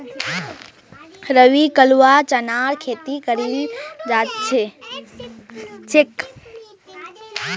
रवि कलवा चनार खेती करील छेक